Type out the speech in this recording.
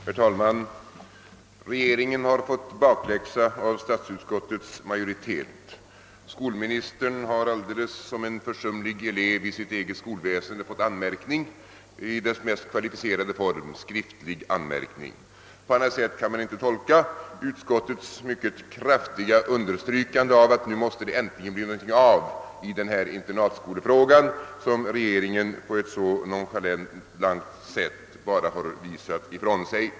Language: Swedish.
Herr talman! Regeringen har här fått bakläxa av statsutskottets majoritet. Utbildningsministern har, alldeles som en försumlig elev i statsrådets eget skolväsende, fått en anmärkning i den mest kvalificerade formen, nämligen skriftlig. På annat sätt kan man inte tolka utskottets mycket kraftiga understrykande av att det nu äntligen måste göras något i internatskolefrågan, vilken regeringen på ett så nonchalant sätt år efter år har visat ifrån sig.